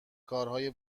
کارهای